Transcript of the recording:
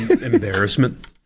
Embarrassment